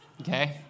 Okay